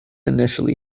initially